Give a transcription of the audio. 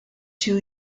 two